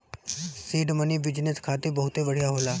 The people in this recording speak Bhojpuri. सीड मनी बिजनेस खातिर बहुते बढ़िया होला